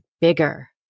bigger